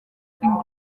and